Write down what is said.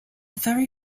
very